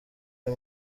uyu